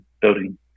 building